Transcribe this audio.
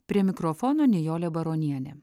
prie mikrofono nijolė baronienė